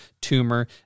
tumor